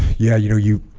yeah you know you